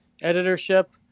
editorship